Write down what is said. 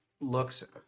looks